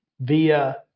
via